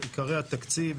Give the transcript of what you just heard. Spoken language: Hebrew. עיקרי התקציב,